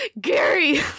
Gary